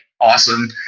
awesome